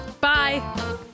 Bye